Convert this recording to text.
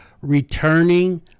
returning